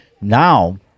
Now